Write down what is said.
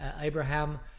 Abraham